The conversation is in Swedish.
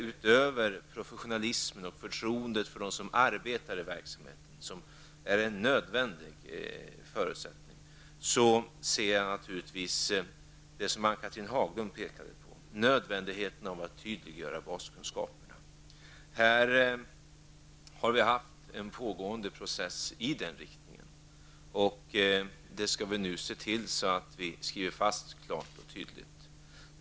Utöver detta med professionalismen och förtroendet för dem som arbetar inom verksamheten, som är en nödvändig förutsättning, tar jag naturligtvis fasta på det som Ann-Cathrine Haglund pekade på, nämligen nödvändigheten av att tydliggöra baskunskaperna. Det har ju pågått en process i den riktningen. Nu skall vi se till att det klart och tydligt skrivs in.